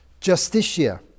Justicia